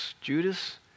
Judas